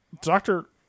Doctor